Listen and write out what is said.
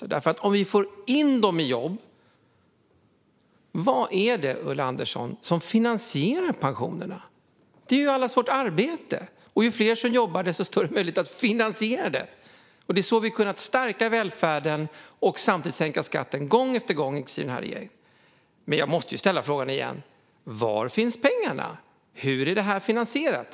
Jo, det handlar om att få in människor i jobb. Vad är det som finansierar pensionerna, Ulla Andersson? Det är ju allas vårt arbete, och ju fler som jobbar, desto större möjlighet att finansiera detta. Det är så vi har kunnat stärka välfärden och samtidigt sänka skatten gång på gång. Jag måste ställa frågan igen: Var finns pengarna? Hur är detta finansierat?